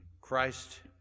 Christ